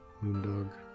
Moondog